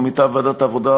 מטעם ועדת העבודה,